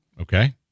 Okay